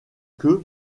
que